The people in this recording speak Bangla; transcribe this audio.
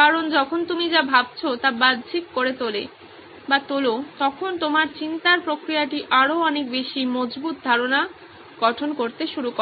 কারণ যখন তুমি যা ভাবছো তা বাহ্যিক করে তোলো তখন তোমার চিন্তার প্রক্রিয়াটি আরও অনেক বেশি মজবুত ধারণা গঠন করতে শুরু করে